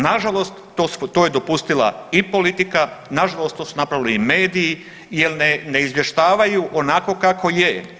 Nažalost to je dopustila i politika, nažalost to su napravili i mediji jel ne, ne izvještavaju onako kako je.